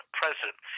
president